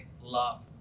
love